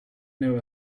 know